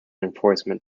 enforcement